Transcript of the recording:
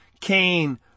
Cain